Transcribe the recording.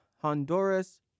Honduras